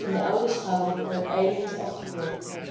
en de oude schouw werd ijlings afgebroken